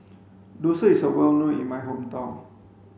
dosa is well known in my hometown